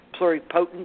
pluripotent